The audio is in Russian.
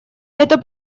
это